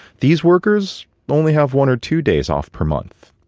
these workers only have one or two days off per month.